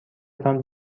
تان